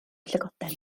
llygoden